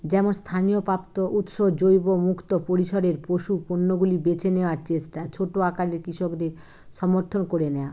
যেমন স্থানীয় প্রাপ্ত উৎস জৈব মুক্ত পরিসরের পশুপণ্যগুলি বেছে নেওয়ার চেষ্টা ছোট আকারের কৃষকদের সমর্থন করে নেওয়া